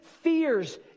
fears